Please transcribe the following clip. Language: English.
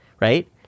right